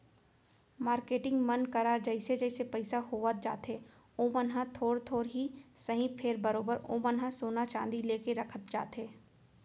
marketing मन करा जइसे जइसे पइसा होवत जाथे ओमन ह थोर थोर ही सही फेर बरोबर ओमन ह सोना चांदी लेके रखत जाथे